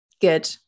Good